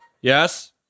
Yes